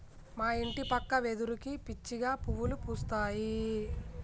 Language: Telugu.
మా ఇంటి పక్క వెదురుకి పిచ్చిగా పువ్వులు పూస్తాయి